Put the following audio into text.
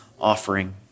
offering